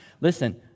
Listen